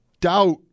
doubt